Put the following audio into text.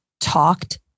talked